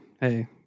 Hey